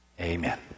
amen